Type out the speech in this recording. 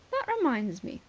that reminds me,